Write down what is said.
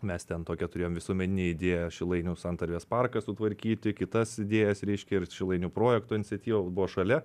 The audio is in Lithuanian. mes ten tokią turėjom visuomeninę idėją šilainių santarvės parką sutvarkyti kitas idėjas reiškia ir šilainių projekto iniciatyva buvo šalia